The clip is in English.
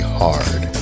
hard